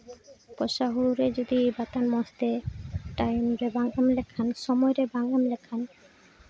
ᱵᱚᱨᱥᱟ ᱦᱩᱲᱩ ᱨᱮ ᱡᱩᱫᱤ ᱵᱟᱛᱟᱱ ᱢᱚᱡᱽ ᱛᱮ ᱴᱟᱭᱤᱢ ᱨᱮ ᱵᱟᱝ ᱮᱢ ᱞᱮᱠᱷᱟᱱ ᱥᱚᱢᱚᱭ ᱨᱮ ᱵᱟᱝ ᱮᱢ ᱞᱮᱠᱷᱟᱱ